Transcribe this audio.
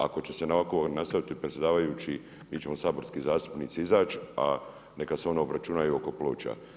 Ako će se ovako nastaviti predsjedavajući mi ćemo saborski zastupnici izać, a neka se oni obračunaju oko ploča.